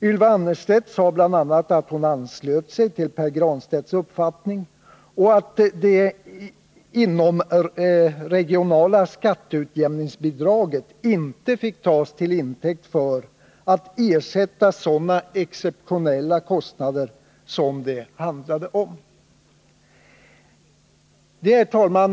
Ylva Annerstedt sade bl.a. att hon anslöt sig till Pär Granstedts uppfattning och att det inomregionala skatteutjämningsbidraget inte fick tas till intäkt för att ersätta sådana exceptionella kostnader som det handlade om. Herr talman!